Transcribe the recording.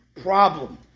problem